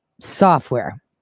Software